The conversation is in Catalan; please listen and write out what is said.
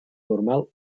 normal